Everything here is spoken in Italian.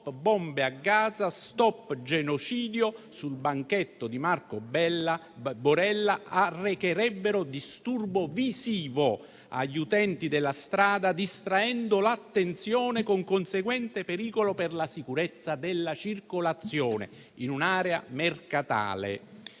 bombe a Gaza. Stop genocidio" sul banchetto di Marco Borella arrecherebbe disturbo visivo agli utenti della strada, distraendo l'attenzione con conseguente pericolo per la sicurezza della circolazione in un'area mercatale.